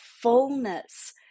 fullness